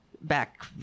back